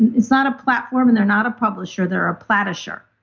it's not a platform and they're not a publisher, they're a platisher,